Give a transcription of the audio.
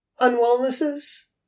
unwellnesses